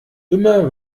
immer